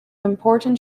important